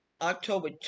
October